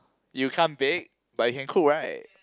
you can't bake but you can cook right